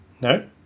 No